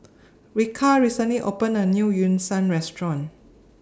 Ryker recently opened A New Yu Sheng Restaurant